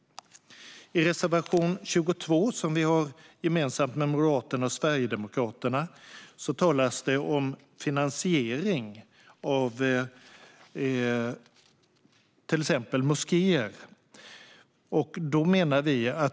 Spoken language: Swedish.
I reservation 22, som vi har gemensamt med Moderaterna och Sverigedemokraterna, talas det om finansiering av till exempel moskéer.